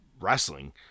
wrestling